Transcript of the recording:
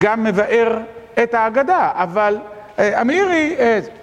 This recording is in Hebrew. גם מבאר את ההגדה. אבל, אמירי...